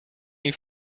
ils